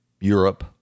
Europe